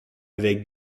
avec